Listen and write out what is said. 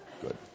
Good